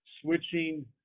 switching